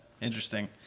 Interesting